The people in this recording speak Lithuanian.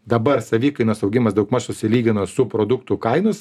dabar savikainos augimas daugmaž susilygino su produktų kainos